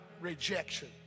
rejection